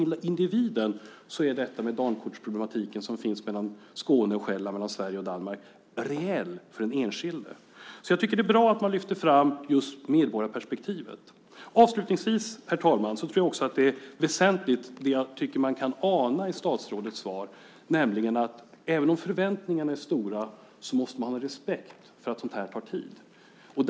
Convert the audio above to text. Den Dankortsproblematik som finns mellan Skåne och Själland, mellan Sverige och Danmark, är reell för den enskilda individen. Det är bra att man lyfter fram medborgarperspektivet. Herr talman! Avslutningsvis tror jag att det är väsentligt att man även om förväntningarna är stora har respekt för att sådant här tar tid. Det tycker jag att man kan ana i statsrådets svar.